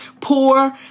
poor